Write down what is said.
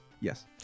Yes